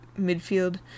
midfield